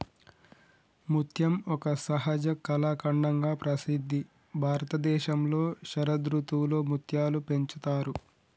ముత్యం ఒక సహజ కళాఖండంగా ప్రసిద్ధి భారతదేశంలో శరదృతువులో ముత్యాలు పెంచుతారు